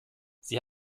sie